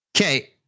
Okay